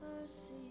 mercy